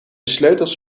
sleutels